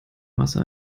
masse